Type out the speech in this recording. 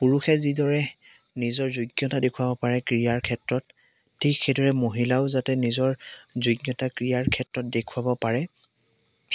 পুৰুষে যিদৰে নিজৰ যোগ্যতা দেখুৱাব পাৰে ক্ৰীড়াৰ ক্ষেত্ৰত ঠিক সেইদৰে মহিলাও যাতে নিজৰ যোগ্যতা ক্ৰীড়াৰ ক্ষেত্ৰত দেখুৱাব পাৰে